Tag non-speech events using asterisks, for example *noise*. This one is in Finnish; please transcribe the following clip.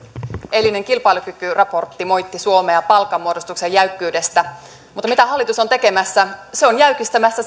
eilinen kilpailukykyraportti moitti suomea palkanmuodostuksen jäykkyydestä mutta mitä hallitus on tekemässä se on jäykistämässä *unintelligible*